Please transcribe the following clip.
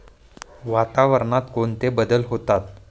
वातावरणात कोणते बदल होतात?